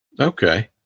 Okay